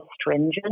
stringent